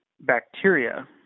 bacteria